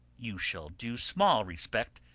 you shall do small respect,